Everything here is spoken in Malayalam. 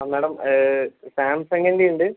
ആ മാഡം സാംസങ്ങിൻ്റെ ഉണ്ട്